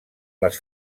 les